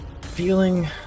feeling